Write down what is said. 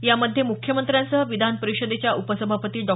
यामध्ये मुख्यमंत्र्यांसह विधान परिषदेच्या उपसभापती डॉ